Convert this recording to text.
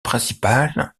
principal